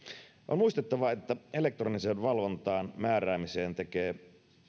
on muistettava että elektroniseen valvontaan määräämisen tekee